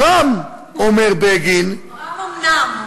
"ברם" אומר בגין, ברם אומנם.